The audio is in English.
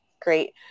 great